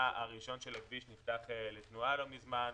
הראשון של הכביש נפתח לתנועה לא מזמן,